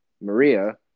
Maria